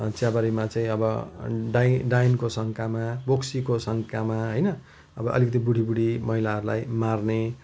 चियाबारीमा चाहिँ अब डाइ डाइनको शङ्कामा बोक्सीको शङ्कामा होइन अब अलिकति बुढी बुढी महिलाहरूलाई मार्ने